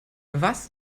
was